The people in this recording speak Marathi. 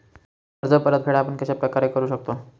कर्ज परतफेड आपण कश्या प्रकारे करु शकतो?